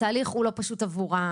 התהליך לא פשוט עבורם,